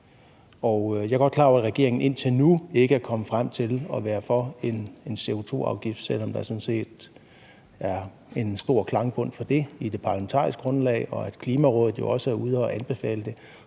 Jeg er godt klar over, at regeringen indtil nu ikke er kommet frem til at være for en CO2-afgift, selv om der sådan set er en stor klangbund for det i det parlamentariske grundlag, og at Klimarådet jo også er ude at anbefale det,